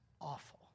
awful